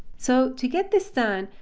so to get this done,